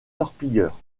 torpilleurs